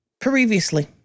Previously